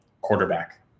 quarterback